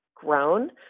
Grown